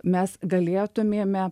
mes galėtumėme